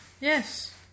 Yes